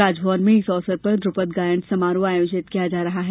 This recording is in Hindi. राजभवन में इस अवसर पर ध्रपद गायन समारोह आयोजित किया जा रहा है